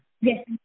Yes